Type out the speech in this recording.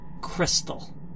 crystal